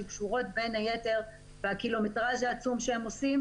שקשורות בין היתר בקילומטרז' העצום שהם עושים,